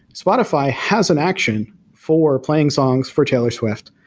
spotify has an action for playing songs for taylor swift.